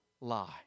lie